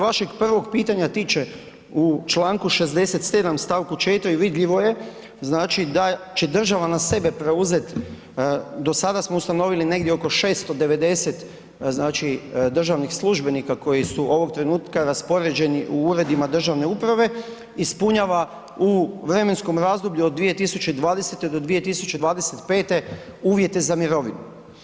Dakle, što se vašeg prvog pitanja tiče, u čl. 67. st. 4. vidljivo je, znači, da će država na sebe preuzet, do sada smo ustanovili negdje oko 690, znači, državnih službenika koji su ovog trenutka raspoređeni u uredima državne uprave, ispunjava u vremenskom razdoblju od 2020. do 2025. uvjete za mirovinu.